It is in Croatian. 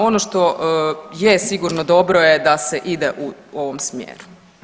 Ono što je sigurno dobro je da se ide u ovom smjeru.